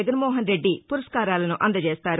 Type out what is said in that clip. జగన్మోహన్ రెడ్డి పురస్కారాలను అందజేస్తారు